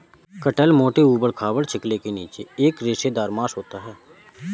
कटहल मोटे, ऊबड़ खाबड़ छिलके के नीचे एक रेशेदार मांस होता है